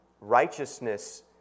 righteousness